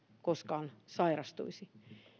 koskaan sairastuisi